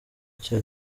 cya